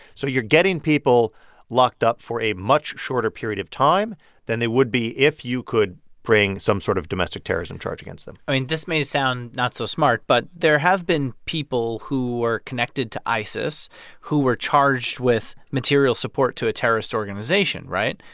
so you're getting people locked up for a much shorter period of time than they would be if you could bring some sort of domestic terrorism charge against them i mean, this may sound not so smart, but there have been people who were connected to isis who were charged with material support to a terrorist organization, right?